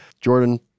Jordan